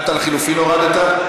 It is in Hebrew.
גם את הלחלופין הורדת?